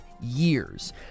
years